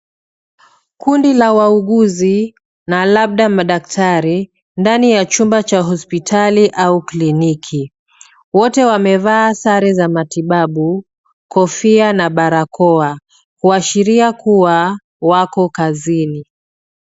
Kundi la waugizi na labda madaktari ndani ya chumba cha hospitali au kliniki. Wote wamevaa sare za matibabu ,kofia, na barakoa, kuashiria kuwa wako kazini.